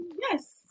yes